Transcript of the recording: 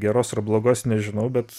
geros ar blogos nežinau bet